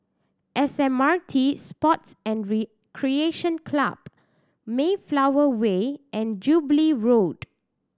S M R T Sports and Recreation Club Mayflower Way and Jubilee Road